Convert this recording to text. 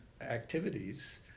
activities